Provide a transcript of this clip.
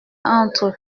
entre